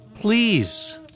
Please